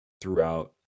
throughout